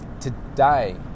today